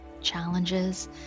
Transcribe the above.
challenges